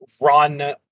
run